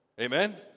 amen